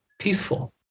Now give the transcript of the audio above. peaceful